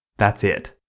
that's it!